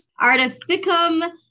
Artificum